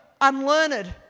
unlearned